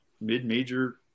mid-major